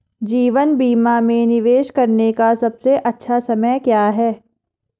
जीवन बीमा में निवेश करने का सबसे अच्छा समय क्या है?